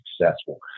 successful